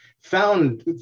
found